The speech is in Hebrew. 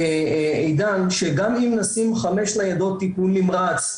עידן, שגם אם נשים חמש ניידות טיפול נמרץ,